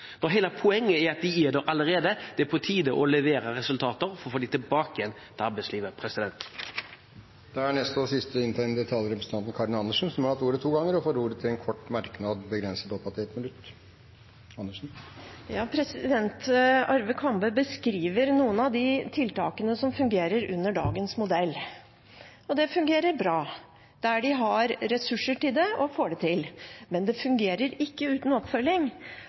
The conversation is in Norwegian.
hele poenget er at de er der allerede. Det er på tide å levere resultater for å få dem tilbake igjen til arbeidslivet. Representanten Karin Andersen har hatt ordet to ganger tidligere og får ordet til en kort merknad, begrenset til 1 minutt. Arve Kambe beskriver noen av de tiltakene som fungerer under dagens modell. Det fungerer bra der de har ressurser til det og får det til, men det fungerer ikke uten oppfølging.